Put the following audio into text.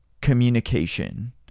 communication